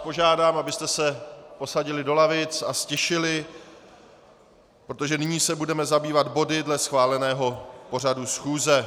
Požádám vás, abyste se posadili do lavic a ztišili se, protože nyní se budeme zabývat body dle schváleného pořadu schůze.